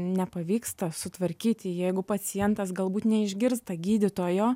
nepavyksta sutvarkyti jeigu pacientas galbūt neišgirsta gydytojo